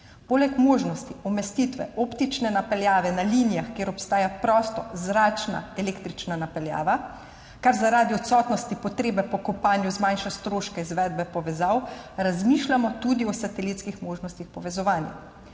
Poleg možnosti umestitve optične napeljave na linijah, kjer obstaja prostozračna električna napeljava, kar zaradi odsotnosti potrebe po kopanju zmanjša stroške izvedbe povezav, razmišljamo tudi o satelitskih možnostih povezovanja.